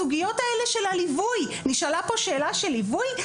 הסוגיות האלה של הליווי, נשאלה פה שאלה של ליווי?